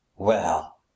Well